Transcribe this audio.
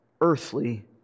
earthly